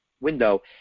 window